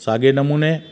साॻे नमूने